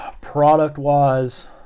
Product-wise